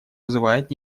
вызывает